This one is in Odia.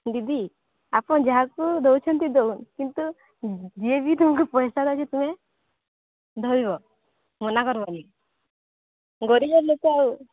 ଦିଦି ଆପଣ ଯାହାକୁ ଦେଉଛନ୍ତି ଦିଅ କିନ୍ତୁ ଯିଏବି ତୁମକୁ ପଇସା ତୁମେ ଧରିବ ମନାକରିବନି ଗରିବ ଲୋକ ଆଉ